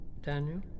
Daniel